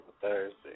Thursday